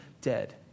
dead